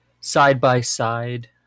side-by-side